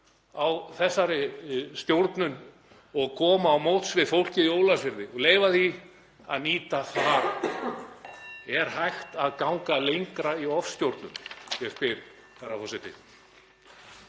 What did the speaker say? í þessari stjórnun og koma á móts við fólkið í Ólafsfirði og leyfa því að nýta þara. Er hægt að ganga lengra í ofstjórnun? Ég spyr, herra forseti.